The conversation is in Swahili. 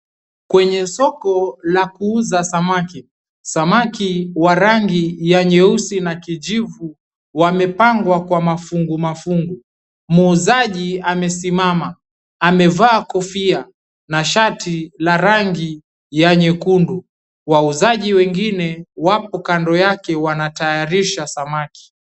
Kwenye soko la kuuza samaki, samaki wa rangi ya nyeusi na kijivu wamepangwa kwa mafungu mafunggu. Muuzaji amesimama, amevaa kofia na shati la rangi ya nyekundu. Wauzaji wengine wapo kando yake wanatayarisha samaki.